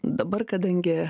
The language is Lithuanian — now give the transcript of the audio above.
dabar kadangi